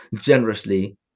generously